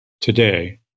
today